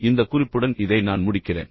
எனவே இந்த குறிப்புடன் இதை நான் முடிக்கிறேன்